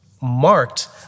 Marked